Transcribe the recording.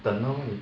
等 lor